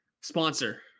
sponsor